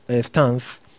stance